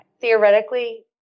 theoretically